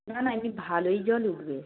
না না এমনি ভালোই জল উঠবে